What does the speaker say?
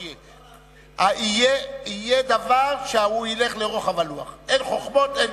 יהיה דבר שילך לרוחב הלוח, אין חוכמות.